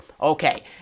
Okay